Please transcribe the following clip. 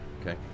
Okay